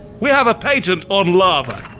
we have a patent on lava.